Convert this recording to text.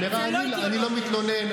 אני לא מתלונן.